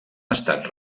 estat